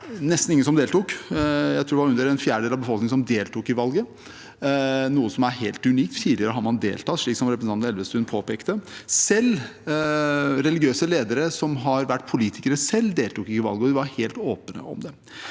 nesten ingen som deltok. Jeg tror det var under en fjerdedel av befolkningen som deltok i valget, noe som er helt unikt. Tidligere har man deltatt, som representanten Elvestuen påpekte. Selv religiøse ledere som har vært politikere selv, deltok ikke i valget, og de var helt åpne om det.